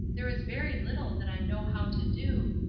there is very little that i know how to do,